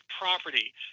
property